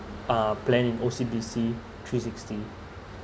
uh plan in O_C_B_C three sixty